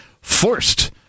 forced